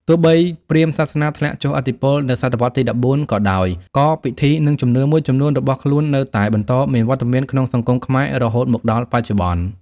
ទោះបីព្រាហ្មណ៍សាសនាធ្លាក់ចុះឥទ្ធិពលនៅសតវត្សរ៍ទី ១៤ ក៏ដោយ ក៏ពិធី និងជំនឿមួយចំនួនរបស់ខ្លួននៅតែបន្តមានវត្តមានក្នុងសង្គមខ្មែររហូតមកដល់បច្ចុប្បន្ន។